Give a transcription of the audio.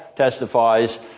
Testifies